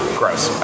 gross